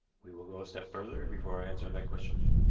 we will go a step further before i answer that question.